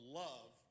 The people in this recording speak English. love